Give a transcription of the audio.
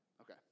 Okay